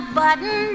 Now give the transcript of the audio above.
button